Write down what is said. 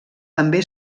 també